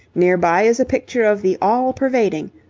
near by is a picture of the all-pervading,